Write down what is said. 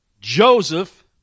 Joseph